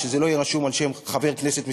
שזה לא יהיה רשום על שם חבר כנסת מסוים,